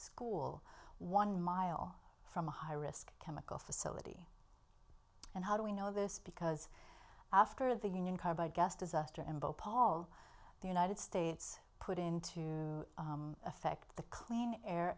school one mile from a high risk chemical facility and how do we know this because after the union carbide guest disaster mbo paul the united states put into effect the clean air